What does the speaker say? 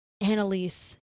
Annalise